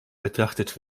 betrachtet